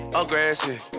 aggressive